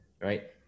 right